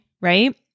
right